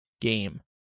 game